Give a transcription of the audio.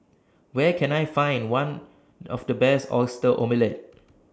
Where Can I Find one of Best Oyster Omelette